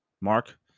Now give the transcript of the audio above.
Mark